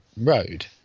road